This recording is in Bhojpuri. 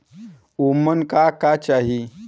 ओमन का का चाही?